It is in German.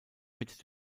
mit